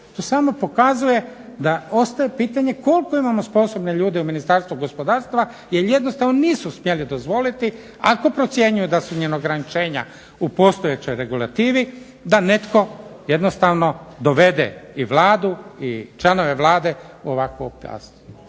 to samo pokazuje da ostaje pitanje koliko imamo sposobne ljude u Ministarstvu gospodarstva, jer jednostavno nisu smjeli dozvoliti ako procjenjuju da su im ograničenja u postojećoj regulativi, da netko jednostavno dovede i Vladu i članove Vlade u ovakvo ...